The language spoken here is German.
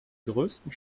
größten